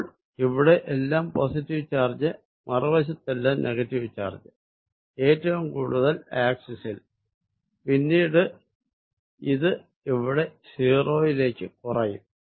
അപ്പോൾ ഇവിടെ എല്ലാം പോസിറ്റീവ് ചാർജ് മറുവശത്ത് എല്ലാം നെഗറ്റീവ് ചാർജ് ഏറ്റവും കൂടുതൽ ആക്സിസിൽ പിന്നീട് ഇത് ഇവിടെ 0 ത്തിലേക്ക് കുറയും